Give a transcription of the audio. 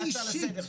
אני אישית,